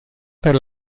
per